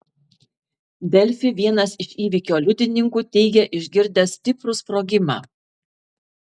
delfi vienas iš įvykio liudininkų teigė išgirdęs stiprų sprogimą